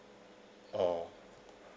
oh